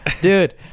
Dude